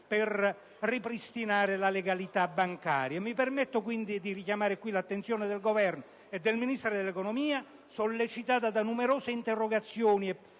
per ripristinare la legalità bancaria. Mi permetto di richiamare l'attenzione del Governo e del Ministro dell'economia, sollecitati da numerose interrogazioni e